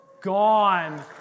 gone